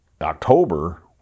October